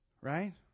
right